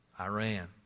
Iran